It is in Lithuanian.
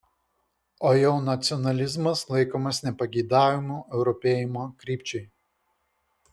o jau nacionalizmas laikomas nepageidaujamu europėjimo krypčiai